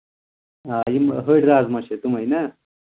آ یِم ۂڑۍ رازما چھِ تِمَے نہ